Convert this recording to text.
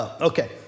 Okay